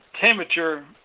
Temperature